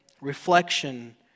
reflection